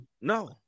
No